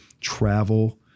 travel